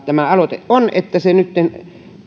tämä aloite on siinä mielessä kannatettava että se nyt